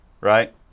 right